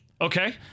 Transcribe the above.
Okay